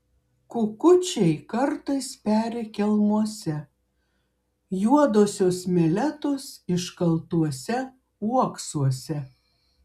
kukučiai kartais peri kelmuose juodosios meletos iškaltuose uoksuose